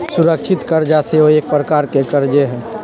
सुरक्षित करजा सेहो एक प्रकार के करजे हइ